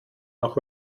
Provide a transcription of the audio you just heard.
noch